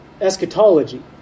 eschatology